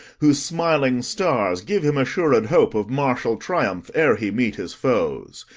whose smiling stars give him assured hope of martial triumph ere he meet his foes.